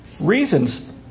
reasons